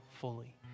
fully